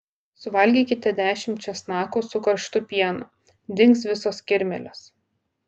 suvalgykite dešimt česnakų su karštu pienu dings visos kirmėlės